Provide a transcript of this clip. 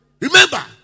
remember